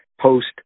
post